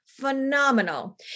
phenomenal